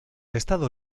estado